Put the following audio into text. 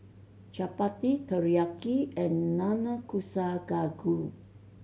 Chapati Teriyaki and Nanakusa Gayu